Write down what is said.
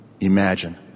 Imagine